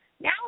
Now